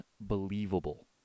unbelievable